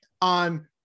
on